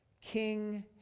King